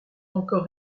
encore